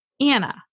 Anna